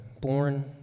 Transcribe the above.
born